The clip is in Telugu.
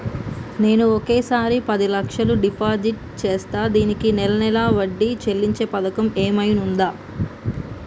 నేను ఒకేసారి పది లక్షలు డిపాజిట్ చేస్తా దీనికి నెల నెల వడ్డీ చెల్లించే పథకం ఏమైనుందా?